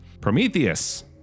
Prometheus